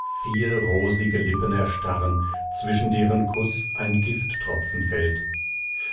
vier rosige lippen erstarren zwischen deren kuß ein gifttropfen fällt